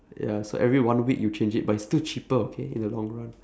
ya so every one week you change it but it's still cheaper okay in the long run